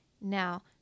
Now